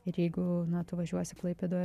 ir jeigu na atvažiuosi į klaipėdą